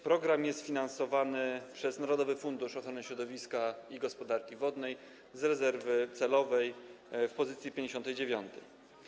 Program jest finansowany przez Narodowy Fundusz Ochrony Środowiska i Gospodarki Wodnej z rezerwy celowej w pozycji nr 59.